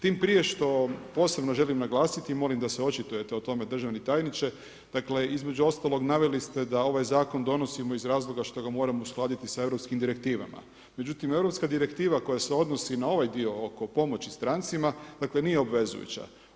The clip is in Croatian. Tim prije što posebno želim naglasiti, molim da se očitujete o tome, državni tajniče, dakle između ostalog naveli ste da ovaj zakon donosimo iz razloga što ga moramo uskladiti sa europskim direktivama, međutim, europska direktiva koja se odnosi na ovaj dio oko pomoći strancima, dakle nije obvezujuća.